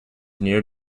near